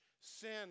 sin